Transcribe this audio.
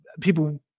people